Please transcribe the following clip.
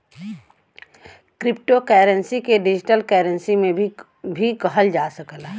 crypto currency के digital currency भी कहल जा सकला